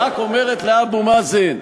עם ארצות-הברית היו ונשארו איתנים,